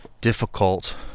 difficult